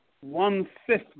one-fifth